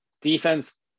defense